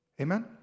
Amen